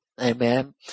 Amen